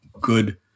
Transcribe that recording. good